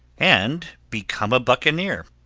and become a buccaneer.